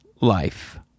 life